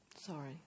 Sorry